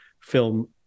film